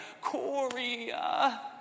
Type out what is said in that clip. Korea